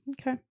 Okay